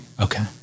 Okay